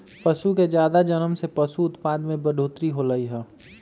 पशु के जादा जनम से पशु उत्पाद में बढ़ोतरी होलई ह